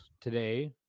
today